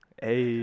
hey